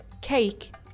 Cake